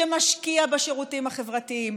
שמשקיע בשירותים החברתיים,